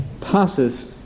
passes